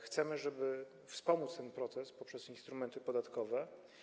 Chcemy wspomóc ten proces poprzez instrumenty podatkowe.